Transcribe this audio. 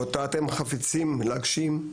אותה אתם חפצים להגשים,